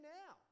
now